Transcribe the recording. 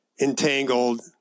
entangled